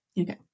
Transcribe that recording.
okay